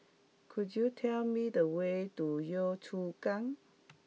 could you tell me the way to Yio Chu Kang